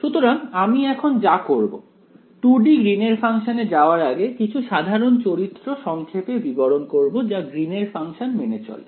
সুতরাং আমি এখন যা করবো 2 D গ্রীন এর ফাংশন এ যাওয়ার আগে কিছু সাধারণ চরিত্র সংক্ষেপে বিবরণ করব যা গ্রীন এর ফাংশন মেনে চলে